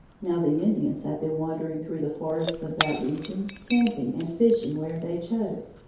now the indians had been wandering through the forests of that region, camping and fishing where they chose,